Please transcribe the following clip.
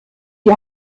die